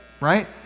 Right